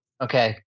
Okay